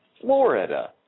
Florida